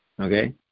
Okay